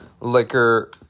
liquor